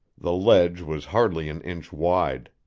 the ledge was hardly an inch wide.